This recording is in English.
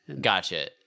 Gotcha